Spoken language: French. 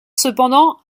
cependant